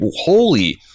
holy